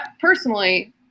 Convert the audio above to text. personally